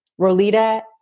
Rolita